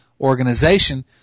organization